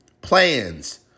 plans